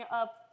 up